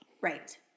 Right